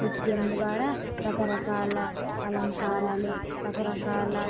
నృత్యం ద్వారా రకరకాల అలంకారాలు రకరకాల